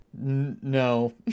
No